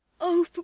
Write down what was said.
Oh